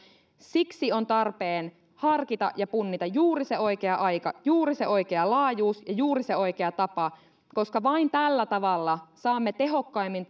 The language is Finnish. siksi on tarpeen harkita ja punnita juuri se oikea aika juuri se oikea laajuus ja juuri se oikea tapa koska vain tällä tavalla saamme tehokkaimmin